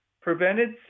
prevented